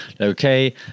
okay